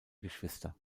geschwister